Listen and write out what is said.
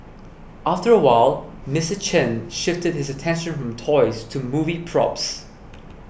after a while Mister Chen shifted his attention from toys to movie props